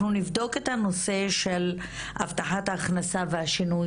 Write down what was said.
אנחנו נבדוק את הנושא של הבטחת ההכנסה והשינוי